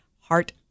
heart